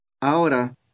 Ahora